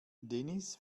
dennis